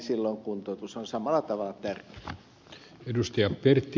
silloin kuntoutus on samalla tavalla tärkeää